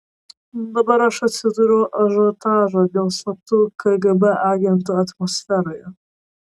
dabar aš atsidūriau ažiotažo dėl slaptų kgb agentų atmosferoje